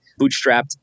bootstrapped